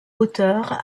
auteur